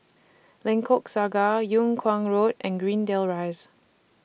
Lengkok Saga Yung Kuang Road and Greendale Rise